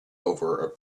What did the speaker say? over